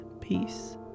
peace